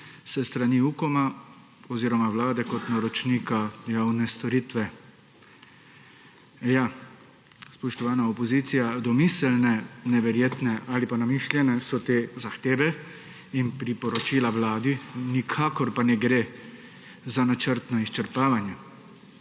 s strani UKOM-a oziroma Vlade kot naročnika javne storitve. Spoštovana opozicija, domiselne, neverjetne ali pa namišljene so te zahteve in priporočila Vladi, nikakor pa ne gre za načrtno izčrpavanje.